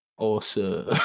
awesome